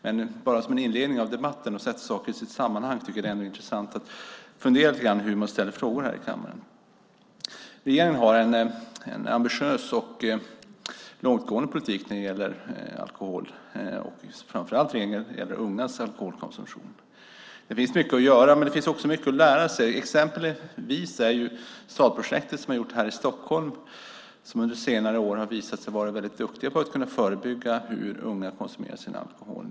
Men som en inledning av debatten och för att sätta saker i sitt sammanhang tycker jag ändå att det är intressant att fundera lite grann över hur man ställer frågor här i kammaren. Regeringen har en ambitiös och långtgående politik när det gäller alkohol, framför allt när det gäller ungas alkoholkonsumtion. Det finns mycket att göra, men det finns också mycket att lära sig. Ett exempel är Stadprojektet här i Stockholm, där man under senare år har visat sig vara väldigt duktig på förebyggande arbete när det gäller ungas alkoholkonsumtion.